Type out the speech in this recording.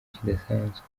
kidasanzwe